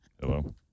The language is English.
Hello